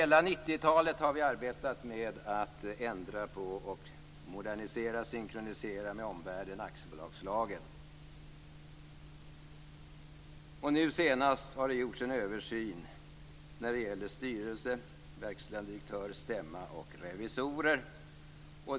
Under hela 90-talet har vi arbetat med att ändra på, modernisera och med omvärlden synkronisera aktiebolagslagen. Nu senast har det gjorts en översyn när det gäller styrelse, verkställande direktör, stämma och revisorer.